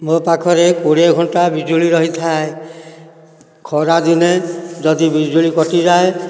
ମୋ ପାଖରେ କୋଡ଼ିଏ ଘଣ୍ଟା ବିଜୁଳି ରହିଥାଏ ଖରାଦିନେ ଯଦି ବିଜୁଳି କଟିଯାଏ